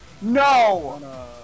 NO